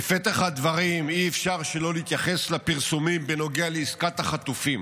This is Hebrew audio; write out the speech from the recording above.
בפתח הדברים אי-אפשר שלא להתייחס לפרסומים בנוגע לעסקת החטופים.